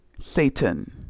satan